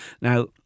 now